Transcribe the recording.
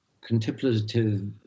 contemplative